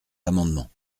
amendements